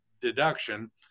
deduction